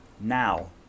Now